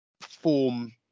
form